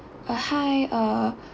uh hi uh